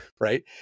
right